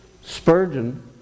Spurgeon